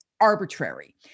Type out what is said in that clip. arbitrary